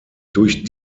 durch